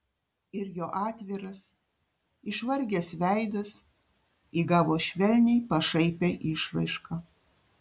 ir jo atviras išvargęs veidas įgavo švelniai pašaipią išraišką